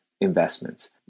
investments